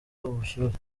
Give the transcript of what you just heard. ubushyuhe